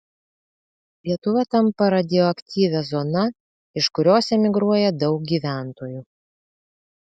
lietuva tampa radioaktyvia zona iš kurios emigruoja daug gyventojų